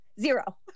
Zero